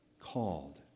called